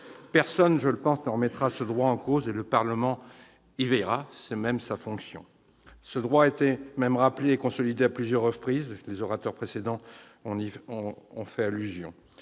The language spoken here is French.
Personne, je le pense, ne remettra ce droit en cause, et le Parlement y veillera- c'est sa fonction. Ce droit a même été rappelé et consolidé à plusieurs reprises- les orateurs précédents y ont fait allusion.